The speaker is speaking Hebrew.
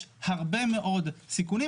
יש הרבה מאוד סיכונים.